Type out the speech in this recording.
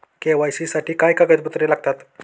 KYC साठी काय कागदपत्रे लागतात?